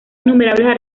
innumerables